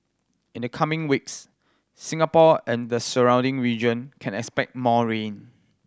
in the coming weeks Singapore and the surrounding region can expect more rain